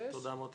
בעד